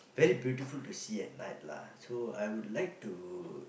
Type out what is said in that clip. very beautiful to see at night lah so I would like to